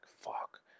fuck